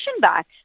back